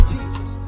Jesus